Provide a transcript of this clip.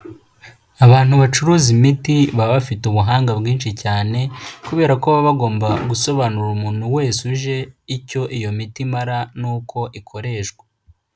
Abantu bacuruza imiti, baba bafite ubuhanga bwinshi cyane, kubera ko baba bagomba gusobanura umuntu wese uje, icyo iyo miti imara n'uko ikoreshwa.